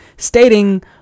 Stating